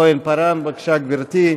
חברת הכנסת יעל כהן-פארן, בבקשה, גברתי.